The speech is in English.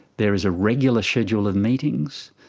there is a regular schedule of meetings,